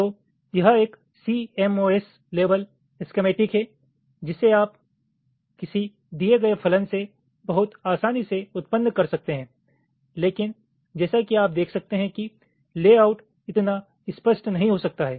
तो यह एक सीएमओएस लेवेल इस्केमेटीक है जिसे आप किसी दिए गए फलन से बहुत आसानी से उत्पन्न कर सकते हैं लेकिन जैसा कि आप देख सकते हैं कि लेआउट इतना स्पष्ट नहीं हो सकता है